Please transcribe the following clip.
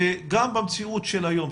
שגם במציאות של היום,